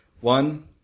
One